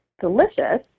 delicious